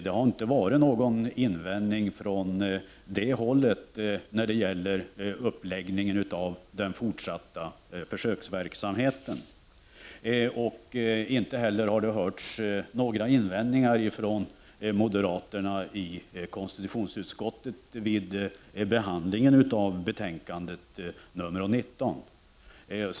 Det har inte förekommit någon invändning från det hållet när det gäller uppläggningen av den fortsatta försöksverksamheten. Inte heller har det hörts några invändningar från moderaterna i konstitutionsutskottet vid behandlingen av betänkande nr 19.